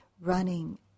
running